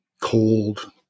cold